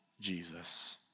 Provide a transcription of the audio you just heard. Jesus